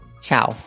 Ciao